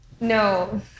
No